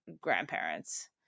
grandparents